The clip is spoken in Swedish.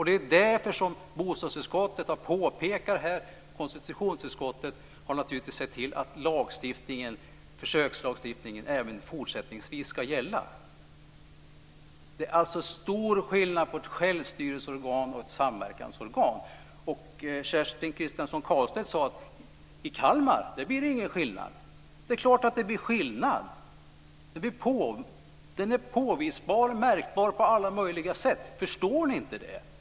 Det är därför som bostadsutskottet har påpekat det här. Konstitutionsutskottet har naturligtvis sett till att försökslagstiftningen även fortsättningsvis ska gälla. Det är alltså stor skillnad på ett självstyrelseorgan och ett samverkansorgan. Kerstin Kristiansson Karlstedt sade att i Kalmar, där blir det ingen skillnad. Det är klart att det blir skillnad! Den är påvisbar och märkbar på alla möjliga sätt! Förstår ni inte det?